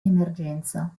emergenza